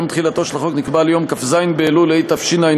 יום תחילתו של החוק נקבע ליום כ"ז באלול התשע"ו,